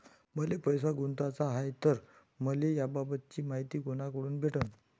मले पैसा गुंतवाचा हाय तर मले याबाबतीची मायती कुनाकडून भेटन?